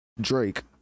Drake